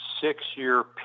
six-year